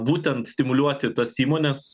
būtent stimuliuoti tas įmones